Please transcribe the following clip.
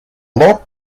лоб